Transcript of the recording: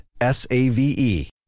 S-A-V-E